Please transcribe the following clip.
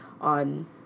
on